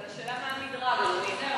אבל השאלה מה המדרג, אדוני.